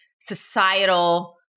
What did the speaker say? societal